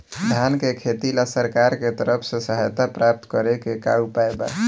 धान के खेती ला सरकार के तरफ से सहायता प्राप्त करें के का उपाय बा?